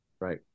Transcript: right